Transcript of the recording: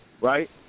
right